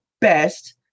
best